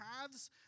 paths